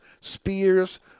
Spears